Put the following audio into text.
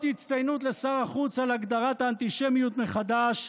אות הצטיינות לשר החוץ על הגדרת האנטישמיות מחדש,